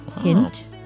hint